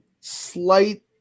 slight